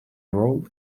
rolled